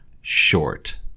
Short